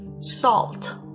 salt